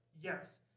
Yes